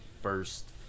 First